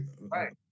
right